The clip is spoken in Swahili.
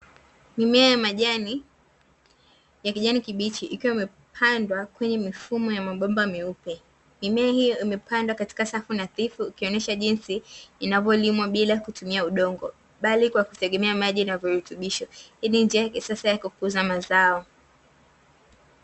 Mimea ya majani ya kijani kibichi, ikiwa imepandwa kwenye mifumo ya mabomba meupe, mimea hiyo imepandwa katika safu nadhifu, ikionesha jinsi inavyolimwa bila kutumia udongo, bali kwa kutegemea maji yenye virutubisho. Hii ni njia ya kisasa ya kukuza mazao.